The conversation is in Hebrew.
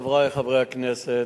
חברי חברי הכנסת,